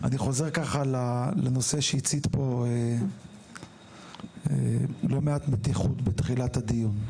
חוזר ככה לנושא שהצית פה לא מעט מתיחות בתחילת הדיון.